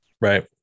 Right